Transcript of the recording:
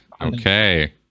Okay